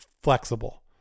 flexible